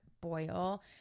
boil